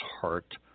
heart